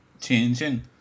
changing